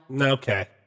Okay